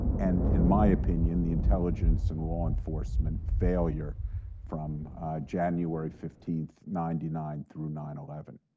and in my opinion, the intelligence and law-enforcement failure from january fifteenth, ninety nine through nine eleven.